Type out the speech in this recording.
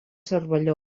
cervelló